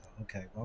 Okay